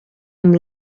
amb